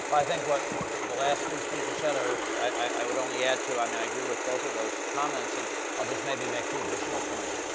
i think what the last two speakers said are i would only add to. i mean, i agree with both of those comments. and i'll just maybe make two additional points.